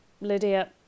Lydia